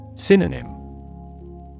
Synonym